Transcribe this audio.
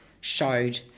showed